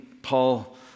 Paul